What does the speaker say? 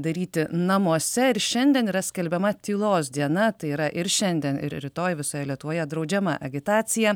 daryti namuose ir šiandien yra skelbiama tylos diena tai yra ir šiandien ir rytoj visoje lietuvoje draudžiama agitacija